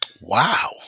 Wow